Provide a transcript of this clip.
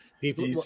people